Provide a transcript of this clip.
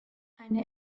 eine